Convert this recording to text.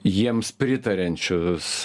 jiems pritariančius